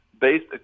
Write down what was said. based